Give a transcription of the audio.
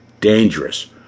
Dangerous